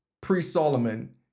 pre-solomon